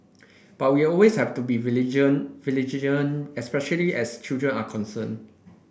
but we always have to be vigilant vigilant especially as children are concerned